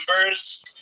numbers